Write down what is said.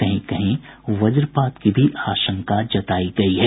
कहीं कहीं वज्रपात की भी आशंका जतायी गयी है